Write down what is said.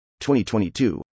2022